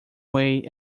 way